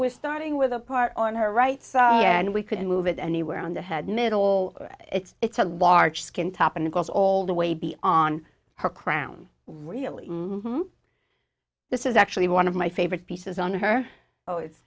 we're starting with a part on her right and we couldn't move it anywhere on the head middle it's it's a large skin top and it goes all the way be on her crown really this is actually one of my favorite pieces on her oh it's